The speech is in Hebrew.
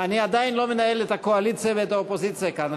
אני עדיין לא מנהל את הקואליציה ואת האופוזיציה כאן,